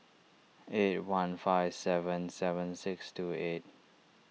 eight one five seven seven six two eight